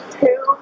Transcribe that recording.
two